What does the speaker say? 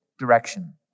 direction